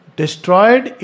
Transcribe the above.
destroyed